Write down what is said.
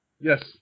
Yes